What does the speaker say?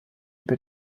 über